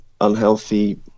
unhealthy